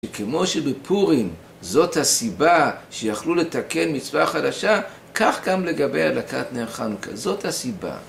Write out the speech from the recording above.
כמו שבפורים זאת הסיבה שיכלו לתקן מצווה חדשה, כך גם לגבי הדלקת נר חנוכה. זאת הסיבה.